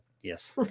Yes